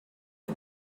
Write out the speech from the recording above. you